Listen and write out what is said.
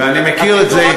ואני מכיר את זה,